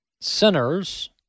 Sinners